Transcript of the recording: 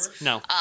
No